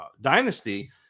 dynasty